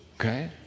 Okay